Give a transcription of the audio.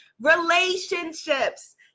relationships